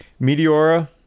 Meteora